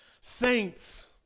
saints